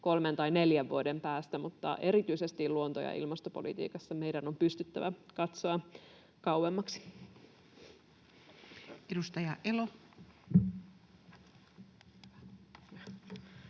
kolmen tai neljän vuoden päästä, mutta erityisesti luonto- ja ilmastopolitiikassa meidän on pystyttävä katsomaan kauemmaksi. [Speech 204]